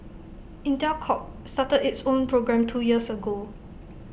Intel Corp started its own program two years ago